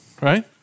right